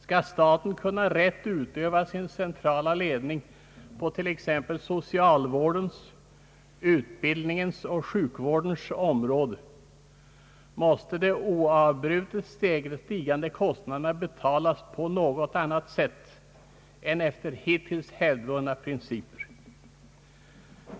Skall staten rätt kunna utöva sin centrala ledning på t.ex. socialvårdens, utbildningens och sjukvårdens område, måste de oavbrutet stigande kostnaderna betalas på något annat sätt än efter hittills hävdvunna principer.